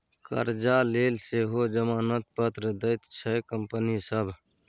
करजा लेल सेहो जमानत पत्र दैत छै कंपनी सभ